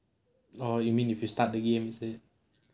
orh you mean if you start the game is it